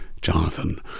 Jonathan